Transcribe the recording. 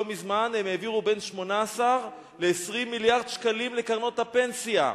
לא מזמן הם העבירו 18 20 מיליארד שקלים לקרנות הפנסיה.